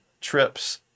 trips